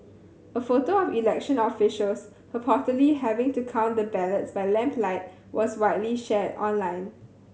a photo of election officials purportedly having to count the ballots by lamplight was widely shared online